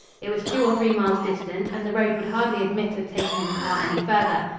it was two or three miles distant and the road would hardly admit of taking the car any farther.